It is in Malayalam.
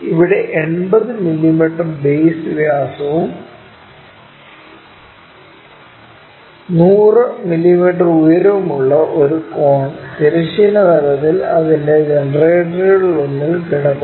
ഇവിടെ 80 മില്ലീമീറ്റർ ബെയ്സ് വ്യാസവും 100 മില്ലീമീറ്റർ ഉയരവുമുള്ള ഒരു കോൺ തിരശ്ചീന തലത്തിൽ അതിന്റെ ജനറേറ്ററുകളിലൊന്നിൽ കിടക്കുന്നു